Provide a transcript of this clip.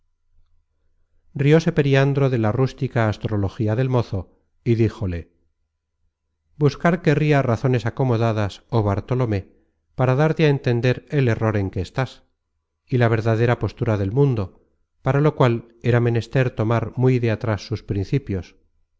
at rióse periandro de la rústica astrologia del mozo y dijole buscar querria razones acomodadas oh bartolomé para darte á entender el error en que estás y la verdadera postura del mundo para lo cual era menester tomar muy de atras sus principios